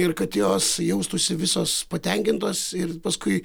ir kad jos jaustųsi visos patenkintos ir paskui